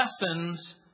lessons